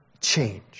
change